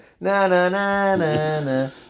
Na-na-na-na-na